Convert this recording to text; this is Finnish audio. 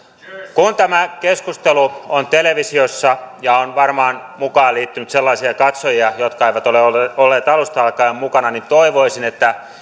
kun tämä keskustelu on televisiossa ja mukaan on varmaan liittynyt sellaisia katsojia jotka eivät ole olleet olleet alusta alkaen mukana toivoisin että